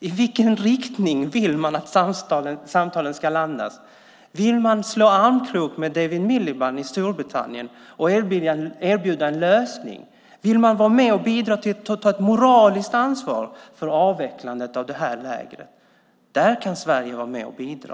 I vilken riktning vill man att samtalen ska gå? Vill man gå armkrok med David Miliband i Storbritannien och erbjuda en lösning? Vill man bidra genom att ta ett moraliskt ansvar för avvecklandet av lägret? Där kan Sverige vara med och bidra.